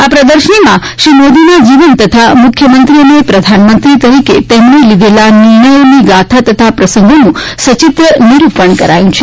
આ પ્રદર્શનીમાં શ્રી મોદીના જીવન તથા મુખ્યમંત્રી અને પ્રધાનમંત્રી તરીકે તેમણે લીધેલા નિર્ણયોની ગાથા તથા પ્રસંગોનું સચિત્ર નિરૂપણ કરાયું છે